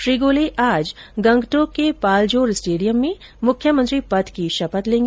श्री गोले आज गंगटोक के पालजोर स्टेडियम में मुख्यमंत्री पद की शपथ लेंगे